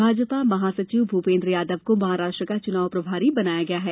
भाजपा महासचिव भूपेन्द्र यादव को महाराष्ट्र का च्नाव प्रभारी बनाया गया है